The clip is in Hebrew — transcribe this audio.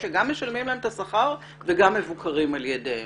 שגם משלמים להם את השכר וגם מבוקרים על ידם.